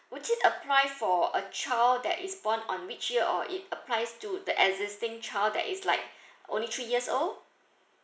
would it apply for a child that is born on which year or it applies to the existing child that is like only three years old